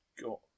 got